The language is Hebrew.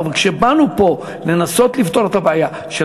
כשבאנו פה לנסות לפתור את הבעיה של